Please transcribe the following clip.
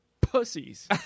pussies